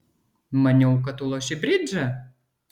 maniau kad tu loši bridžą